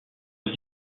est